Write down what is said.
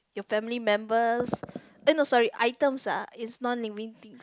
your family members eh no sorry items ah is non living things